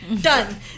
Done